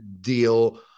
deal